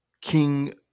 King